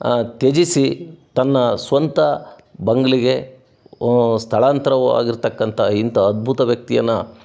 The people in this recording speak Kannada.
ತ್ಯಜಿಸಿ ತನ್ನ ಸ್ವಂತ ಬಂಗಲೆಗೆ ಸ್ಥಳಾಂತರವಾಗಿರ್ತಕ್ಕಂಥ ಇಂಥ ಅದ್ಭುತ ವ್ಯಕ್ತಿಯನ್ನು